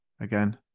again